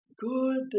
good